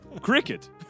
Cricket